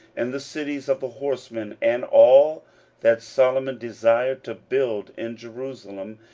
and the cities of the horsemen, and all that solomon desired to build in jerusalem,